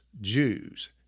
Jews